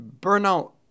Burnout